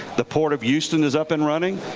the port of houston is up and running.